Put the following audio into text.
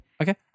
Okay